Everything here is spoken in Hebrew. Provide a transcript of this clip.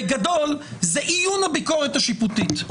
בגדול זה איון הביקורת השיפוטית.